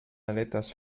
aletas